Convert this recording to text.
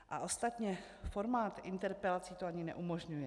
A ostatně, formát interpelací to ani neumožňuje.